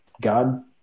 God